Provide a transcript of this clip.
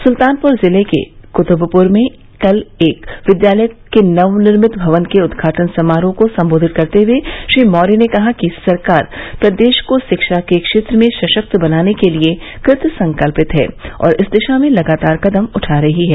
सुल्तानपुर जिले के कुतुबपुर में कल एक विद्यालय के नवनिर्मित भवन के उद्घाटन समारोह को संबोधित करते हुए श्री मौर्य ने कहा कि सरकार प्रदेश को शिक्षा के क्षेत्र में सशक्त बनाने के लिए कृतसंकल्पित है और इस दिशा में लगातार कदम उठा रही है